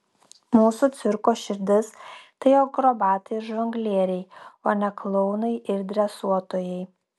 mūsų cirko širdis tai akrobatai ir žonglieriai o ne klounai ir dresuotojai